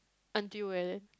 until where